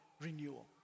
renewal